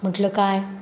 म्हटलं काय